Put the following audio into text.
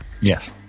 Yes